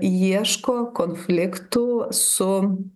ieško konfliktų su